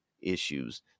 issues